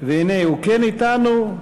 והנה הוא כן אתנו,